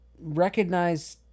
recognize